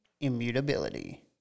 immutability